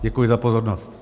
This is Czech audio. Děkuji za pozornost.